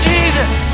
Jesus